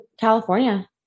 California